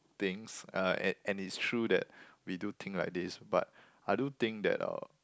things uh and and it's true that we do think like this but I do think that uh